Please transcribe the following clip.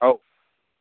ହଉ